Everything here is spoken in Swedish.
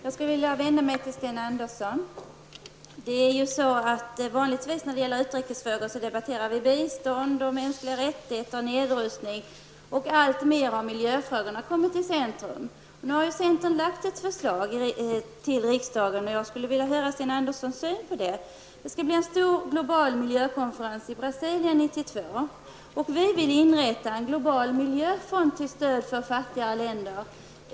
Herr talman! När det gäller utrikesfrågor debatterar vi vanligtvis bistånd, mänskliga rättigheter och nedrustning, och miljöfrågorna har alltmer kommit i centrum. Nu har centern lagt fram ett förslag till riksdagen, och jag skulle vilja höra Sten Anderssons syn på det. Det skall bli en stor global miljökonferens i Brasilien 1992. Vi vill inrätta en global miljöfond till stöd för fattiga länder.